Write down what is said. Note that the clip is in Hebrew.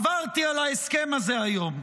עברתי על ההסכם הזה היום.